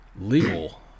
legal